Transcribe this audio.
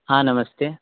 हाँ नमस्ते